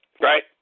Right